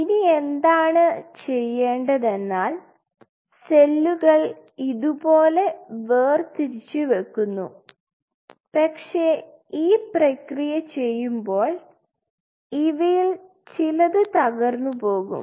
ഇനി എന്താണ് ചെയ്യേണ്ടത് എന്നാൽ സെല്ലുകൾ ഇതുപോലെ വേർതിരിച്ചു വെക്കുന്നു പക്ഷേ ഈ പ്രക്രിയ ചെയ്യുമ്പോൾ ഇവയിൽ ചിലത് തകർന്നുപോകും